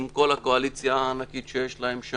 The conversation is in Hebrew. עם כל הקואליציה הענקית שיש להם,